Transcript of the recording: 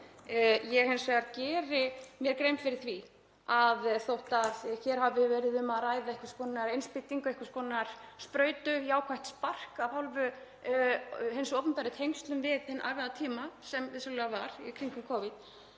mér hins vegar grein fyrir því að þó að hér hafi verið um að ræða einhvers konar innspýtingu, einhvers konar sprautu, jákvætt spark af hálfu hins opinbera í tengslum við hinn erfiða tíma sem vissulega var í kringum Covid,